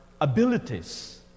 abilities